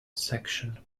section